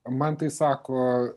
man tai sako